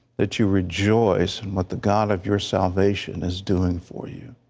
that you rejoice in what the god of your salvation is doing for you.